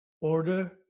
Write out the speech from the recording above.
order